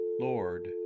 Lord